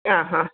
ആ ഹാ